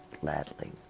gladly